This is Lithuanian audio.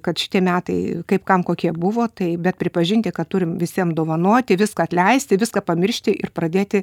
kad šitie metai kaip kam kokie buvo tai bet pripažinti kad turim visiem dovanoti viską atleisti viską pamiršti ir pradėti